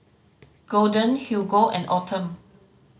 Golden Hugo and Autumn